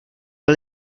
byl